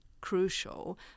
crucial